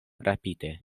rapide